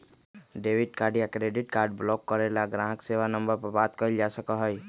debit card या credit card block करे ला ग्राहक सेवा नंबर पर बात कइल जा सका हई